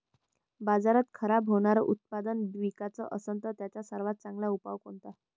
बाजारात खराब होनारं उत्पादन विकाच असन तर त्याचा सर्वात चांगला उपाव कोनता?